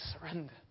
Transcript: Surrender